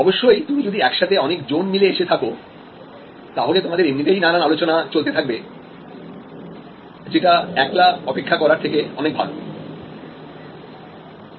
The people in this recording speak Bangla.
অবশ্যই তুমি যদি একসাথে অনেক জন মিলে এসে থাকো তাহলে তোমাদের এমনিতেই নানান আলোচনা চলতে থাকবে যেটা একলা অপেক্ষা করার থেকে অনেক ভালো